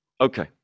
Okay